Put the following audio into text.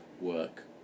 work